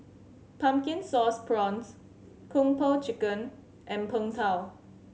Pumpkin Sauce Prawns Kung Po Chicken and Png Tao